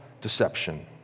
deception